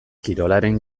kirolaren